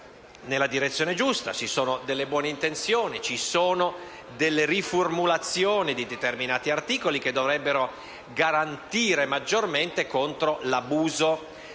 nella direzione giusta. Ci sono delle buone intenzioni e delle riformulazioni di determinati articoli che dovrebbero garantire maggiormente contro l'abuso della